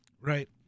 Right